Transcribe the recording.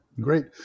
great